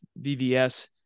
BVS